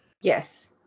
Yes